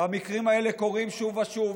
והמקרים האלה קורים שוב ושוב,